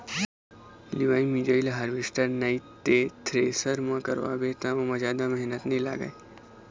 लिवई मिंजई ल हारवेस्टर नइ ते थेरेसर म करवाबे त ओमा जादा मेहनत नइ लागय